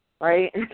right